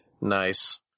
nice